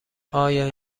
آیا